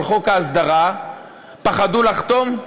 על חוק ההסדרה פחדו לחתום?